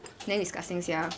damn disgusting sia